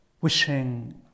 Wishing